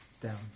down